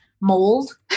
mold